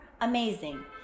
amazing